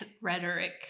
rhetoric